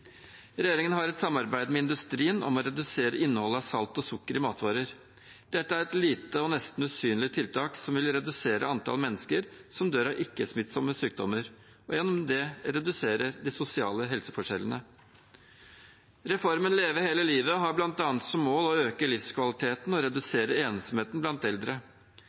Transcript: Regjeringen har et samarbeid med industrien om å redusere innholdet av salt og sukker i matvarer. Dette er et lite og nesten usynlig tiltak som vil redusere antall mennesker som dør av ikke-smittsomme sykdommer, og gjennom det redusere de sosiale helseforskjellene. Reformen Leve hele livet har bl.a. som mål å øke livskvaliteten og redusere ensomheten blant eldre.